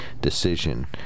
decision